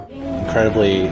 Incredibly